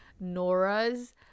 Nora's